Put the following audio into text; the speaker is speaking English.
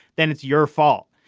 then it's your fault.